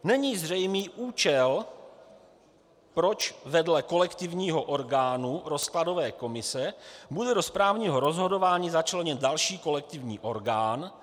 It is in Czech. Není zřejmý účel, proč vedle kolektivního orgánu rozkladové komise bude do správního rozhodování začleněn další kolektivní orgán.